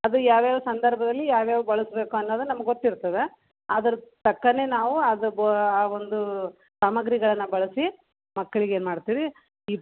ಅದು ಯಾವ ಯಾವ ಸಂದರ್ಭದಲ್ಲಿ ಯಾವ್ಯಾವು ಬಳಸಬೇಕು ಅನ್ನೋದು ನಮಗೆ ಗೊತ್ತಿರ್ತದೆ ಅದರ ತಕ್ಕನೆ ನಾವು ಅದು ಬೋ ಆ ಒಂದು ಸಾಮಗ್ರಿಗಳನ್ನು ಬಳಸಿ ಮಕ್ಕಳಿಗೆ ಏನು ಮಾಡ್ತೀವಿ ಈ